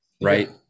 right